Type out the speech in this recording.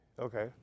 Okay